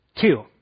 Two